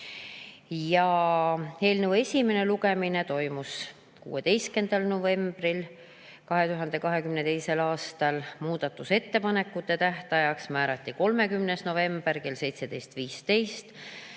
Eelnõu esimene lugemine toimus 16. novembril 2022. aastal. Muudatusettepanekute tähtajaks määrati 30. november kell 17.15